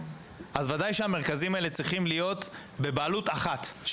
אז בוודאי שהמרכזים האלה צריכים להיות בבעלות אחת,